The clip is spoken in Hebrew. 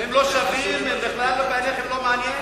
הם לא שווים, הם לא מעניינים אתכם?